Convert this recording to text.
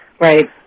Right